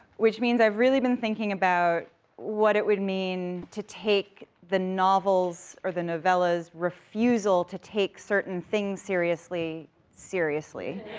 which means i've really been thinking about what it would mean to take the novels, or the novellas' refusal to take certain things seriously, seriously.